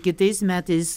kitais metais